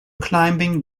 climbing